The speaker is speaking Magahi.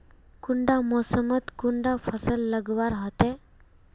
कुंडा मोसमोत कुंडा फसल लगवार होते?